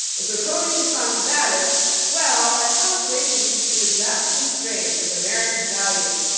and so comey's response to that is well, our constellation should be the depth and strength of america's values.